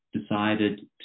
decided